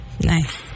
Nice